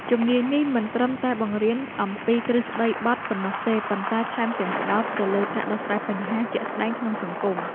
ជំនាញនេះមិនត្រឹមតែបង្រៀនអំពីទ្រឹស្តីបទប៉ុណ្ណោះទេ ប៉ុន្តែថែមទាំងផ្ដោតទៅលើការដោះស្រាយបញ្ហាជាក់ស្តែងក្នុងសង្គម។